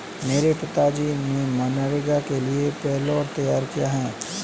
मेरे पिताजी ने मनरेगा के लिए पैरोल तैयार किया